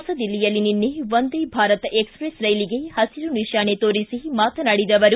ಹೊಸದಿಲ್ಲಿಯಲ್ಲಿ ನಿನ್ನೆ ವಂದೇ ಭಾರತ್ ಎಕ್ಸ್ಪೆಸ್ ರೈಲಿಗೆ ಹುರು ನಿಶಾನೆ ತೋರಿಸಿ ಮಾತನಾಡಿದ ಅವರು